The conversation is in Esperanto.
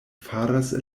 faras